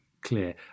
clear